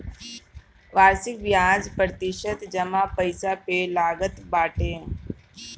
वार्षिक बियाज प्रतिशत जमा पईसा पे लागत बाटे